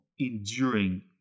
enduring